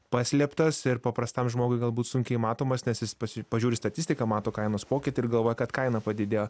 paslėptas ir paprastam žmogui galbūt sunkiai matomas nes jis pasi pažiūri statistiką mato kainos pokytį ir galvoja kad kaina padidėjo